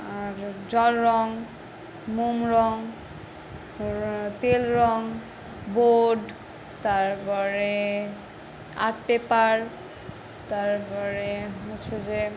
আর জল রঙ মোম রঙ তেল রঙ বোর্ড তারপরে আর্ট পেপার তারপরে হচ্ছে যে